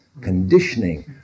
conditioning